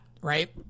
right